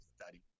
study